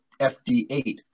FD8